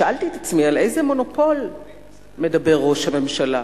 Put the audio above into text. שאלתי את עצמי על איזה מונופול מדבר ראש הממשלה.